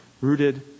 rooted